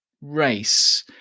race